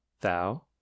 thou